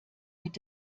mit